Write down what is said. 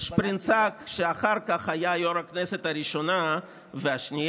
שפרינצק, שאחר כך היה יו"ר הכנסת הראשונה והשנייה